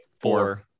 Four